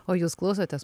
o jūs klausotės